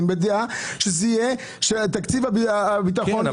בדעה שתקציב הביטחון יהיה --- כן,